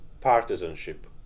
partisanship